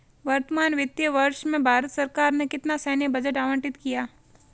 वर्तमान वित्तीय वर्ष में भारत सरकार ने कितना सैन्य बजट आवंटित किया?